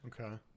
Okay